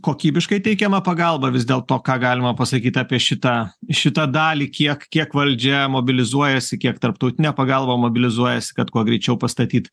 kokybiškai teikiama pagalba vis dėl to ką galima pasakyt apie šitą šitą dalį kiek kiek valdžia mobilizuojasi kiek tarptautinė pagalba mobilizuojasi kad kuo greičiau pastatyt